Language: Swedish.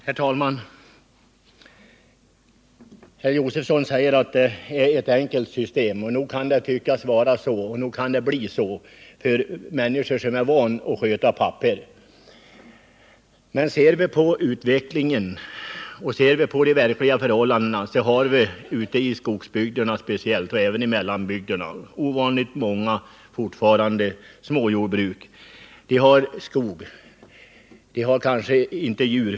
Herr talman! Herr Josefson säger att det är ett enkelt system, och nog kan det tyckas vara så och kan bli så för människor som är vana att sköta papper. Men ser vi på utvecklingen och på de verkliga förhållandena så finns det i speciellt skogsbygderna och även i mellanbygderna fortfarande ovanligt många småjordbruk, som har skog och kanske också djur.